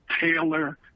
Taylor